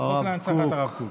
החוק להנצחת הרב קוק.